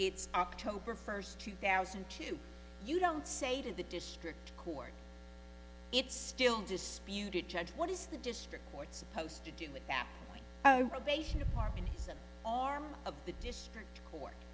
it's october first two thousand and two you don't say to the district court it's still disputed judge what is the district court supposed to do with that rotation department it's an arm of the district court